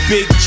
Big